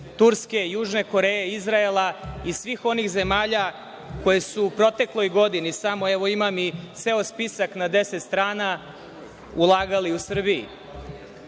Turske, Južne Koreje, Izraela i svih onih zemalja koje su u protekloj godini, evo imam i ceo spisak na deset strana, ulagali u Srbiju. Na